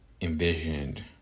envisioned